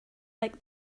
like